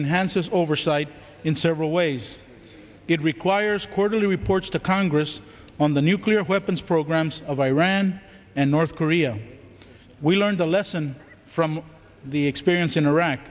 enhanced as oversight in several ways it requires quarterly reports to congress on the nuclear weapons programs of iran and north korea we learned a lesson from the experience in iraq